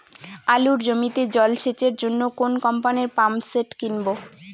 আলুর জমিতে জল সেচের জন্য কোন কোম্পানির পাম্পসেট কিনব?